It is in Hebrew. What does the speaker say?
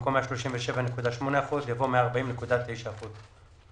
במקום "137.8 אחוזים" יבוא "140.9 אחוזים".